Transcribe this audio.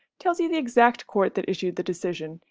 tells you the exact court that issued the decision,